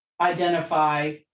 identify